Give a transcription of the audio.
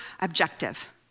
objective